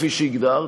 כפי שהגדרת,